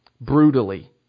Brutally